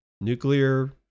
Nuclear